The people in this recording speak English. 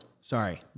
Sorry